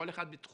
כל אחד בתחומו,